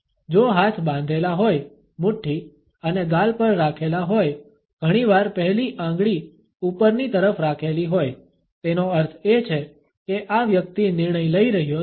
જો હાથ બાંધેલા હોય મુઠ્ઠી અને ગાલ પર રાખેલા હોય ઘણીવાર પહેલી આન્ગળી ઉપરની તરફ રાખેલી હોય તેનો અર્થ એ છે કે આ વ્યક્તિ નિર્ણય લઈ રહ્યો છે